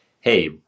hey